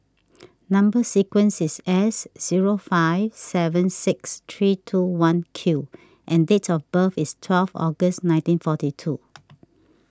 Number Sequence is S zero five seven six three two one Q and date of birth is twelve August nineteen forty two